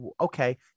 okay